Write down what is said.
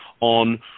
on